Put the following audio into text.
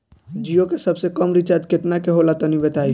जीओ के सबसे कम रिचार्ज केतना के होला तनि बताई?